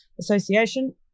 Association